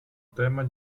téma